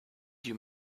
you